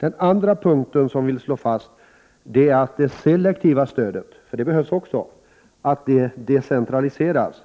Den andra princip som folkpartiet vill slå fast är att det selektiva stödet bör decentraliseras — det stödet behövs också.